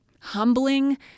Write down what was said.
humbling